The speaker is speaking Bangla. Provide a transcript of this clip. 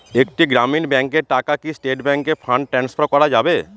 একটি গ্রামীণ ব্যাংকের টাকা কি স্টেট ব্যাংকে ফান্ড ট্রান্সফার করা যাবে?